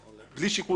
בלי שיקול דעת,